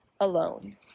alone